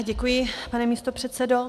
Děkuji, pane místopředsedo.